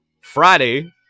Friday